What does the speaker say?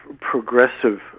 progressive